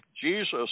Jesus